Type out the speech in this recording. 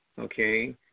Okay